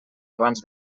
abans